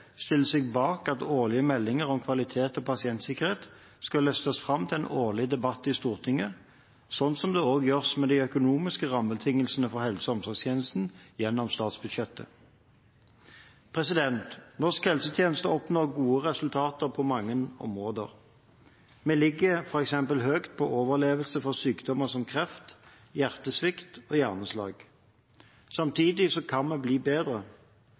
stiller seg bak at årlige meldinger om kvalitet og pasientsikkerhet skal løftes fram til en årlig debatt i Stortinget, slik det gjøres med de økonomiske rammebetingelsene for helse- og omsorgstjenesten gjennom statsbudsjettet. Norsk helsetjeneste oppnår gode resultater på mange områder. Vi ligger f.eks. høyt på overlevelse for sykdommer som kreft, hjertesvikt og hjerneslag. Samtidig kan vi bli bedre.